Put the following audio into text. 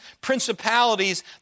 principalities